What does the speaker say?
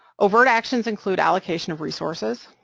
overt actions include allocation of resources,